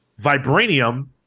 Vibranium